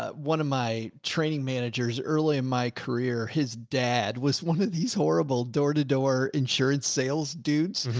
ah one of my training managers early in my career, his dad was one of these horrible door to door insurance, sales dudes.